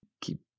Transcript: keep